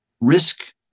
risk